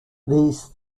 these